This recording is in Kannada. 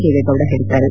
ದೇವೇಗೌಡ ಹೇಳದ್ದಾರೆ